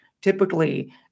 typically